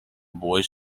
boys